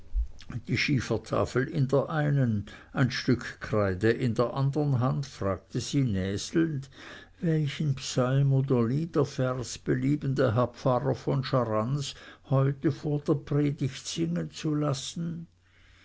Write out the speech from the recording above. die schiefertafel in der einen ein stück kreide in der andern hand fragte sie näselnd welchen psalm oder liedervers belieben der herr pfarrer von scharans heute vor der predigt singen zu lassen